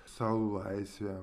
sau laisve